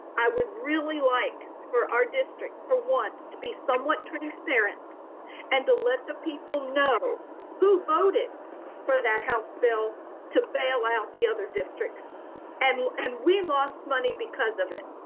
i would really like for our district for once to be somewhat transparent and to let the people know who voted for that house bill to bail out the other districts and and we lost money because of it.